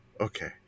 Okay